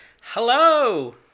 Hello